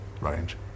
range